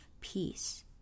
peace